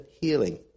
healing